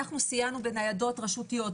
אנחנו סייענו בניידות רשותיות,